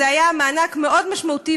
זה היה מענק מאוד משמעותי,